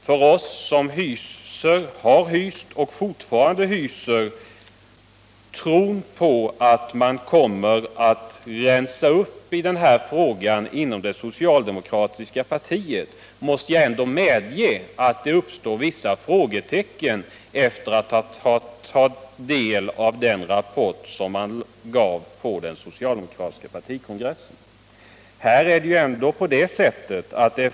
Vi som har hyst och fortfarande hyser en tro på att man inom det socialdemokratiska partiet kommer att kunna rensa upp i denna fråga måste, efter att ha tagit del av den rapport som avgavs på den socialdemokratiska partikongressen, medge att vissa frågetecken kvarstår.